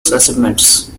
achievements